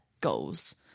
goals